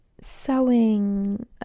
sewing